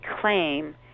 claim